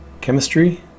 chemistry